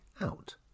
Out